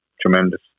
tremendous